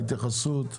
התייחסות?